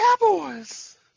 cowboys